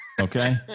Okay